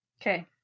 Okay